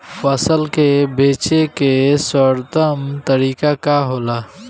फसल के बेचे के सर्वोत्तम तरीका का होला?